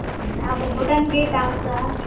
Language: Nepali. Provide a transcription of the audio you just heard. अब भुटान गेट आउँछ